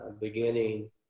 beginning